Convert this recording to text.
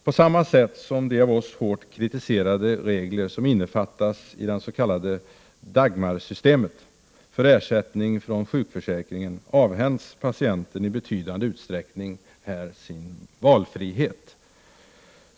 På samma sätt som i de av oss hårt kritiserade regler som innefattas i det s.k. Dagmarsystemet för ersättning från sjukförsäkringen avhänds patienten i betydande utsträckning sin valfrihet.